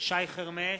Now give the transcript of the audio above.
שי חרמש,